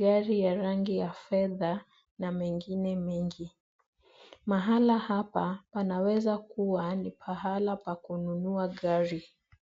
gari ya rangi ya fedha na mengine mengi. Mahala hapa panaweza kuwa ni pahala pa kununua gari.